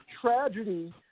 tragedy